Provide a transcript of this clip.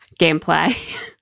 gameplay